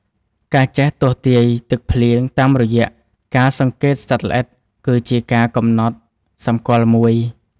ការចេះទស្សន៍ទាយទឹកភ្លៀងតាមរយៈការសង្កេតសត្វល្អិត គឺជាការកំណត់សម្គាល់មួយ។